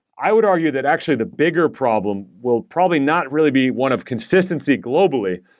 i would argue that actually the bigger problem will probably not really be one of consistency globally,